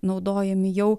naudojami jau